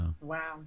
Wow